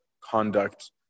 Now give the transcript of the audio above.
conduct